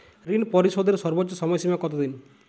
ঋণ পরিশোধের সর্বোচ্চ সময় সীমা কত দিন?